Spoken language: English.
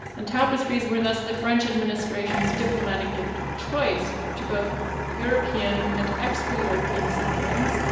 and tapestries were thus the french administration's diplomatic gift of choice to both european and extra-european sovereigns,